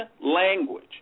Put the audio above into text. language